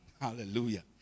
Hallelujah